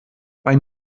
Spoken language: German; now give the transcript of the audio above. bei